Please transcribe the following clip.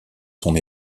son